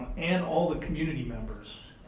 and all the community members.